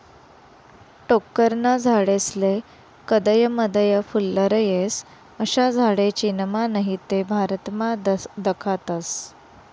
टोक्करना झाडेस्ले कदय मदय फुल्लर येस, अशा झाडे चीनमा नही ते भारतमा दखातस